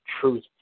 truth